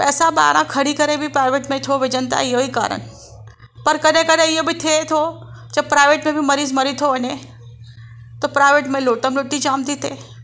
त असां ॿाहिरां खणी करे बि प्रायवेट में छो विझनि था इहो ई कारणु पर कॾहिं कॾहिं इअं बि थिए थो त प्रायवेट में बि मरीज़ु मरी थो वञे त प्रायवेट में लूटमलूटी जामु थी थिए